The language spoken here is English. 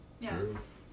Yes